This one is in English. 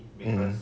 mm